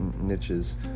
niches